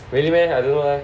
really meh I don't know leh